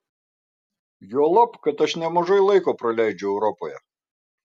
juolab kad aš nemažai laiko praleidžiu europoje